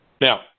Now